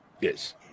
Yes